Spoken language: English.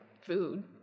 food